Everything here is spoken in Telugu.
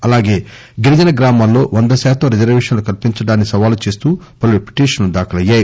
అలాగే గిరిజన గ్రామాల్లో వంద శాతం రిజర్వేషన్లు కల్పించడాన్ని సవాలు చేస్తూ పలు పిటీషన్లు దాఖలయ్యాయి